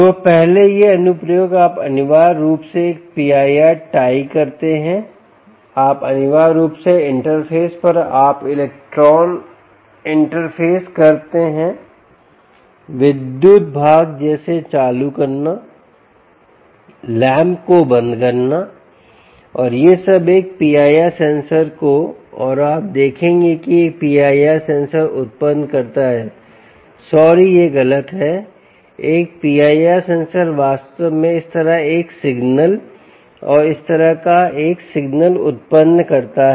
तो पहले ये अनुप्रयोग आप अनिवार्य रूप से एक PIR टाई करते हैं आप अनिवार्य रूप से इंटरफ़ेस पर आप इलेक्ट्रॉन इंटरफ़ेस करते हैं विद्युत भाग जैसे चालू करना लैंप को बंद करना और यह सब एक PIR सेंसर को और आप देखेंगे कि एक PIR सेंसर उत्पन्न करता है सॉरी यह गलत है एक PIR सेंसर वास्तव में इस तरह एक सिग्नल और इस तरह एक सिग्नल उत्पन्न करता है